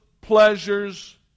pleasures